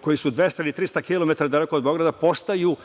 koji su 200 ili 300 kilometara daleko od Beograda, postaju